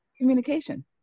communication